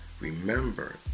remember